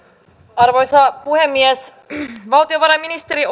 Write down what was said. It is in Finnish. arvoisa puhemies valtiovarainministeri